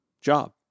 job